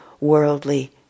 worldly